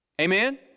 Amen